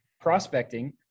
prospecting